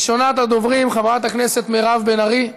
ראשונת הדוברים, חברת הכנסת מירב בן ארי,